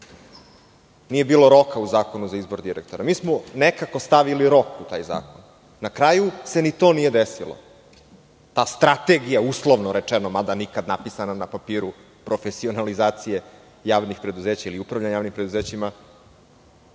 Nije bilo roka u zakonu za izbor direktora. Mi smo nekako stavili rok u taj zakon. Na kraju se ni to nije desilo. Ta strategija, uslovno rečeno, mada nikad napisana na papiru profesionalizacije javnih preduzeća ili upravljanje javnim preduzećima